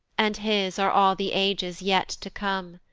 and his are all the ages yet to come.